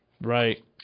Right